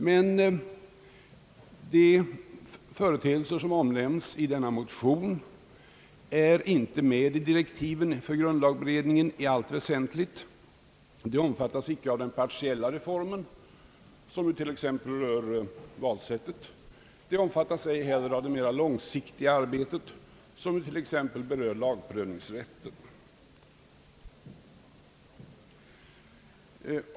Men de företeelser, som omnämnes i denna motion, är inte med i direktiven för grundlagberedningen i allt väsentligt. De omfattas icke av den partiella reformen, som ju t.ex. rör valsättet, och de omfattas inte heller av det mera långsiktiga arbetet, som t.ex. berör lagprövningsrätten.